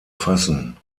fassen